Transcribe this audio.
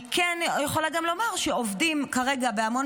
אני כן יכולה גם לומר שעובדים כרגע בהמון